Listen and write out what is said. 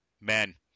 Men